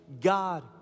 God